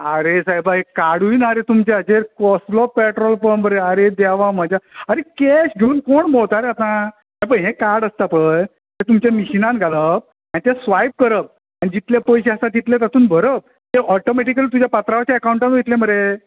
अरे सायबा एक कार्डूय ना रे तुमचे हाजेर कसलो पेट्रोल पंप रे अरे देवा म्हाज्या आरे कॅश घेवून कोण भोंवता आतां हें कार्ड आसता पळय तें तुमच्या मिशिनांत घालप आनी तें स्वायप करप आनी जितले पयशे आसात तितले तातूंत भरप तें ऑटोमेटिकल तुमच्या पात्रांवाच्या एकावटांत वयतले मरे